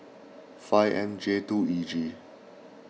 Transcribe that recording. five M J two E G